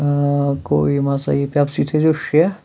گوٚو یِم ہَسا یہِ پٮ۪پسی تھٔےزیو شےٚ